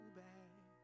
back